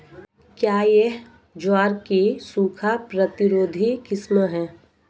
क्या यह ज्वार की सूखा प्रतिरोधी किस्म है?